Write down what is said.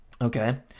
okay